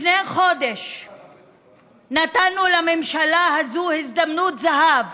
לפני חודש נתנו לממשלה הזו הזדמנות זהב,